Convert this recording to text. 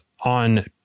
on